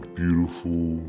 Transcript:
beautiful